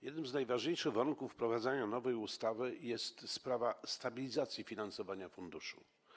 Jednym z najważniejszych warunków wprowadzenia nowej ustawy jest sprawa stabilizacji finansowania funduszu.